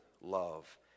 love